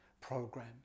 program